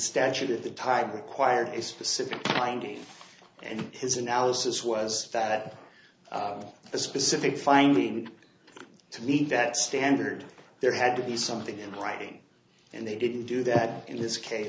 statute of the title required a specific finding and his analysis was that the specific finding to meet that standard there had these something in writing and they didn't do that in this case